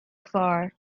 far